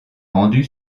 rendue